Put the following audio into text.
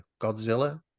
Godzilla